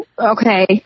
okay